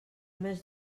més